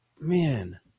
Man